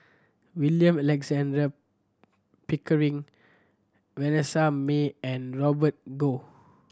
William Alexander Pickering Vanessa Mae and Robert Goh